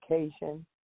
education